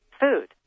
food